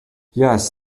yes